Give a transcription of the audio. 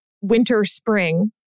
winter-spring